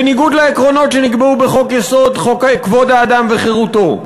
בניגוד לעקרונות שנקבעו בחוק-יסוד: כבוד האדם וחירותו.